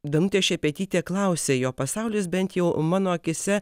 danutė šepetytė klausė jo pasaulis bent jau mano akyse